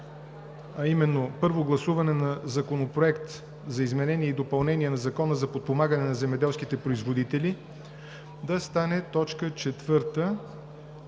а именно: Първо гласуване на Законопроект за изменение и допълнение на Закона за подпомагане на земеделските производители да стане точка четвърта,